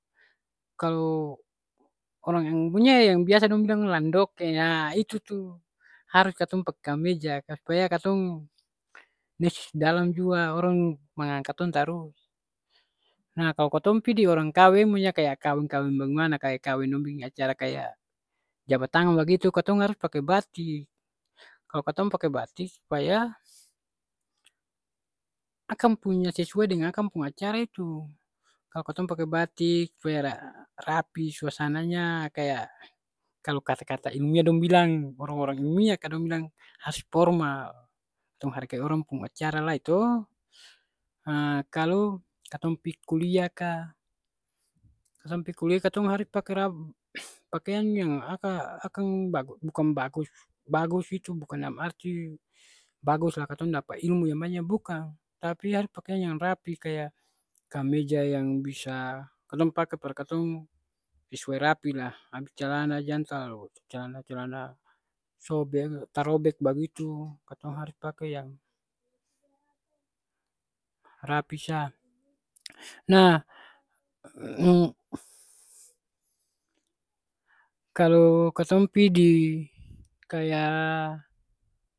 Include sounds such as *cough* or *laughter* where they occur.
Kalo orang yang punya yang biasa dong bilang landoke, haa itu tu, harus katong pake kameja. Supaya katong *hesitation* dalam jua orang manganga katong tarus. Nah kalo katong pi di orang kaweng, munya kaya kaweng-kaweng bagemana, kaya kaweng dong biking acara kaya jabat tangan bagitu katong harus pake batik. Kalo katong pake batik supaya akang punya sesuai deng akang pung acara itu. Kalo katong pake batik, supaya ada rapi, suasananya kayak kalo kata-kata ilmiah dong bilang orang-orang ilmiah ka dong bilang harus formal. Tong hargai orang pung acara lai to. Ha kalo katong pi kuliah ka, katong pi kuliah tu katong harus pake r *hesitation* pakeang yang aka akang ba bukang bagus, bagus itu bukan dalam arti bagus la katong dapa ilmu yang banya bukang, tapi harus pakian yang rapi kaya kameja yang bisa katong pake par katong sesuai rapi lah. Tapi calana jang talalu calana-calana yang sobek tarobek bagitu, katong harus pake yang rapi sa. Nah, *hesitation* kalo katong pi di kaya